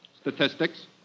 Statistics